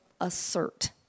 assert